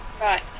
Right